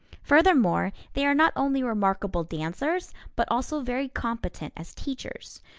furthermore, they are not only remarkable dancers, but also very competent as teachers.